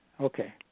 Okay